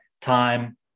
time